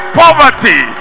poverty